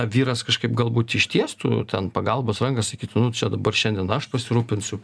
vyras kažkaip galbūt ištiestų ten pagalbos ranką sakytų nu čia dabar šiandien aš pasirūpinsiu